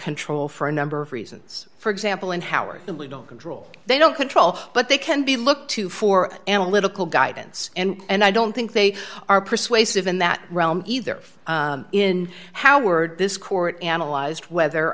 control for a number of reasons for example in howard that we don't control they don't control but they can be looked to for analytical guidance and i don't think they are persuasive in that realm either in how word this court analyzed whether